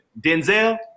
Denzel